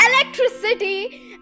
electricity